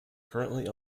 currently